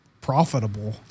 profitable